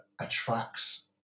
attracts